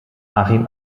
achim